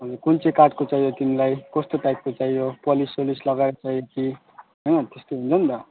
अनि कुन चाहिँ काठको चाहियो तिमीलाई कस्तो टाइपको चाहियो पोलिस सोलिस लगाएको चाहियो कि होइन त्यस्तो हुन्छ नि त